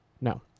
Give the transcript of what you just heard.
No